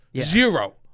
Zero